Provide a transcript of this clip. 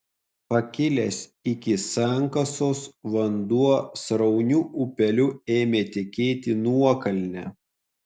pakilęs iki sankasos vanduo srauniu upeliu ėmė tekėti nuokalne